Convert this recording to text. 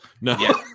No